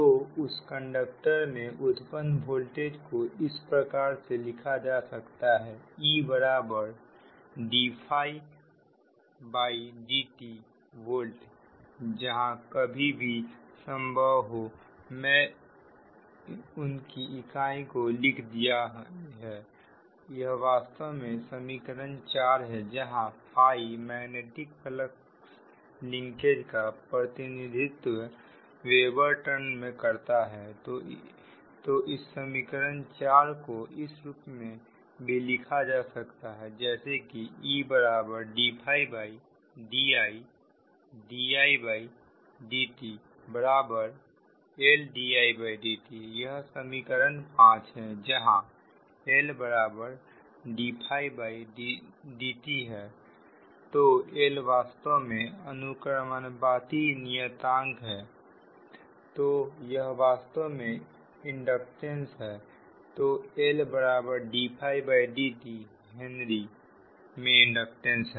तो उस कंडक्टर में उत्पन्न वोल्टेज को इस प्रकार से लिखा जा सकता है E ddtवोल्ट जहां कहीं भी संभव हो मैंने उनकी इकाई को लिख दिया है यह वास्तव में समीकरण 4 है जहां मैग्नेटिक फ्लक्स लिंकेज का प्रतिनिधित्व वेबर टर्न मे करता है तो इस समीकरण 4 को इस रूप में भी लिखा जा सकता है जैसे कि EddididtLdidtयह समीकरण 5 है जहां Lddi है तो L वास्तव में अनुक्रमानुपाती नियतांक है तो यह वास्तव में इंडक्टेंस है तो Lddi हेनरी में इंडक्टेंस है